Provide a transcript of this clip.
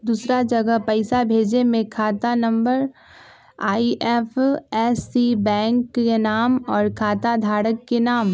दूसरा जगह पईसा भेजे में खाता नं, आई.एफ.एस.सी, बैंक के नाम, और खाता धारक के नाम?